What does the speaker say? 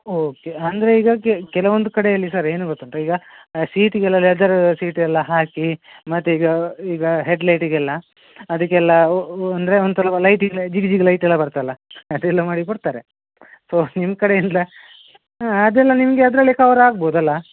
okay ಅಂದರೆ ಈಗ ಕೆಲವೊಂದು ಕಡೆಯಲ್ಲಿ ಸರ್ ಏನು ಗೊತ್ತುಂಟ ಈಗ ಸೀಟಿಗೆಲ್ಲ ಲೆದರ್ ಸೀಟೆಲ್ಲ ಹಾಕಿ ಮತ್ತು ಈಗ ಈಗ ಹೆಡ್ಲೈಟಿಗೆಲ್ಲ ಅದಕ್ಕೆಲ್ಲ ಅಂದರೆ ಒಂಥರ ಲೈಟ್ ಈಗ ಜಿಗಿ ಜಿಗಿ ಲೈಟೆಲ್ಲ ಬರ್ತದಲ್ಲ ಅದೆಲ್ಲ ಮಾಡಿಕೊಡ್ತಾರೆ ಸೋ ನಿಮ್ಮ ಕಡೆಯಿಂದ ಅದೆಲ್ಲ ನಿಮಗೆ ಅದ್ರಲ್ಲೇ ಕವರ್ ಆಗ್ಬೋದಲ್ವಾ